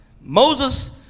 Moses